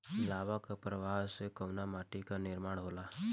लावा क प्रवाह से कउना माटी क निर्माण होला?